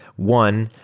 one,